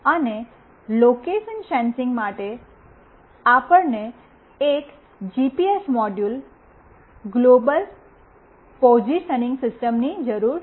અને location sensing માટે આપણને એક જીપીએસ મોડ્યુલ ગ્લોબલ પોઝિશનીંગ સિસ્ટમની જરૂર છે